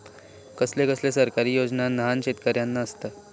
कसले कसले सरकारी योजना न्हान शेतकऱ्यांना आसत?